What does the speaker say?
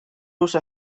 also